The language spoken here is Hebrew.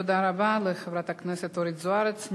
תודה רבה לחברת הכנסת אורית זוארץ.